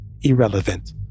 irrelevant